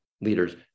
leaders